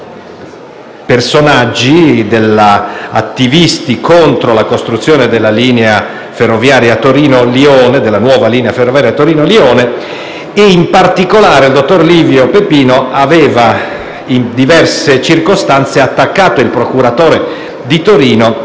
personaggi, attivisti contro la costruzione della nuova linea ferroviaria Torino-Lione. In particolare, il dottor Livio Pepino in diverse circostanze aveva attaccato il procuratore di Torino,